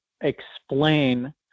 explain